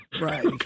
Right